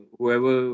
Whoever